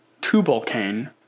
Tubal-Cain